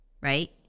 Right